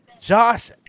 Josh